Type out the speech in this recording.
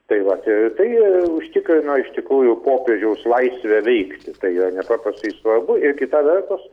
tai vat tai užtikrino iš tikrųjų popiežiaus laisvę veikti tai yra nepaprastai svarbu ir kita vertus